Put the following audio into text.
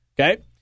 Okay